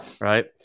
right